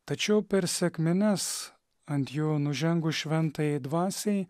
tačiau per sekmines ant jų nužengus šventajai dvasiai